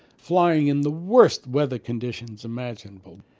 flying in the worst weather conditions imaginable,